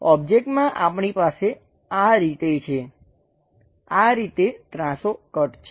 ઓબ્જેક્ટમાં આપણી પાસે આ રીતે છે આ રીતે ત્રાસો કટ છે